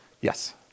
Yes